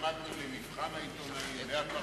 ועמדנו במבחן העיתונאים והפרשנים.